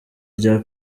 rye